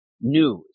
news